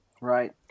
Right